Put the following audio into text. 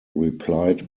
replied